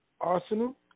Arsenal